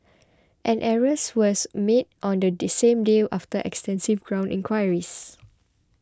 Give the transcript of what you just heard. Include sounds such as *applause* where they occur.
an arrest was made on the *unintelligible* same day after extensive ground enquiries